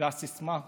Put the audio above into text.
והסיסמה שאנחנו,